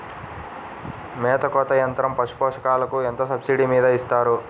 మేత కోత యంత్రం పశుపోషకాలకు ఎంత సబ్సిడీ మీద ఇస్తారు?